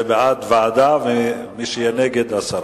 זה בעד ועדה, ומי שנגד, הסרה.